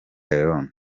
leone